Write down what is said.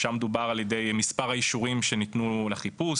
שם דובר על ידי מספר האישורים שניתנו לחיפוש,